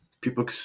people